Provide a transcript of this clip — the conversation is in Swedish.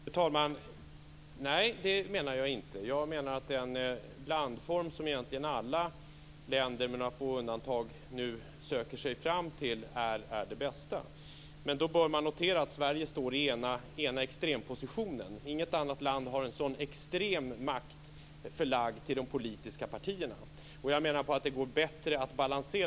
Fru talman! Nej, det menar jag inte. Jag menar att den blandform som alla länder, med några få undantag, nu söker sig fram till är det bästa. Man bör dock notera att Sverige står i den ena extrempositionen. Inget annat land har en sådan extrem makt förlagd till de politiska partierna. Jag menar att man kan balansera det bättre.